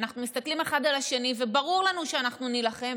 ואנחנו מסתכלים אחד על השני וברור לנו שאנחנו נילחם,